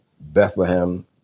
Bethlehem